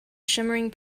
shimmering